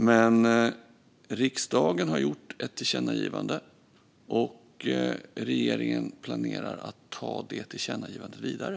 Men riksdagen har gjort ett tillkännagivande, och regeringen planerar såklart att ta det tillkännagivandet vidare.